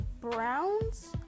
browns